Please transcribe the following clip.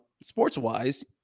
sports-wise